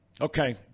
Okay